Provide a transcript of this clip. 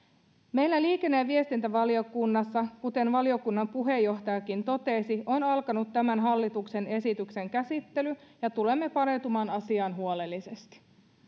meillä liikenne ja viestintävaliokunnassa kuten valiokunnan puheenjohtajakin totesi on alkanut tämän hallituksen esityksen käsittely ja tulemme paneutumaan asiaan huolellisesti ja